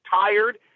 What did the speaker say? tired